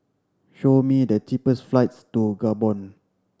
show me the cheapest flights to Gabon